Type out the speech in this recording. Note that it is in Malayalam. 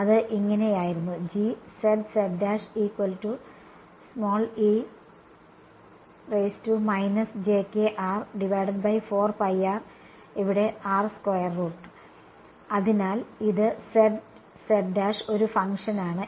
അത് ഇങ്ങനെയായിരുന്നു എവിടെ അതിനാൽ ഇത് ഒരു ഫങ്ക്ഷൻ ആണ്